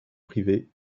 privée